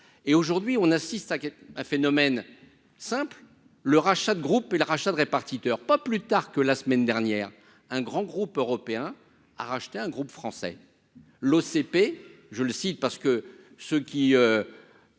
et aujourd'hui on assiste à un phénomène simple : le rachat de groupe et le rachat de répartiteur, pas plus tard que la semaine dernière un grand groupe européen a racheté un groupe français l'OCP, je le cite parce que ceux qui